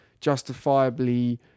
justifiably